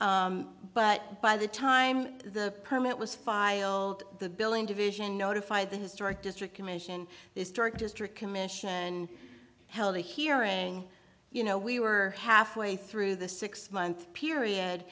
saved but by the time the permit was filed the building division notify the historic district commission this dark district commission held a hearing you know we were halfway through the six month period